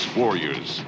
warriors